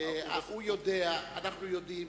הוא יודע, אנחנו יודעים.